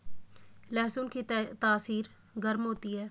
लहसुन की तासीर गर्म होती है